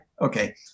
Okay